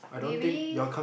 they really